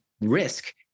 risk